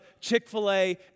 Chick-fil-A